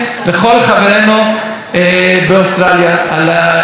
על ההחלטה הזאת שעומדת להתפרסם היום באוסטרליה.